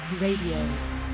Radio